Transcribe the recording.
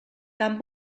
tan